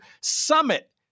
summit